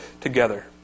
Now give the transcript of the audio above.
together